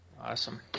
Awesome